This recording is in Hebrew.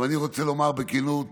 אבל אני רוצה לומר בכנות: